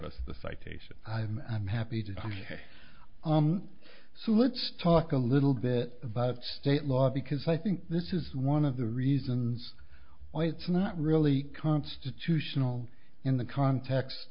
ation i'm happy to so let's talk a little bit about state law because i think this is one of the reasons why it's not really constitutional in the context